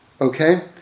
Okay